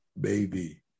baby